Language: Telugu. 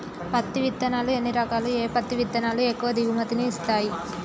పత్తి విత్తనాలు ఎన్ని రకాలు, ఏ పత్తి విత్తనాలు ఎక్కువ దిగుమతి ని ఇస్తాయి?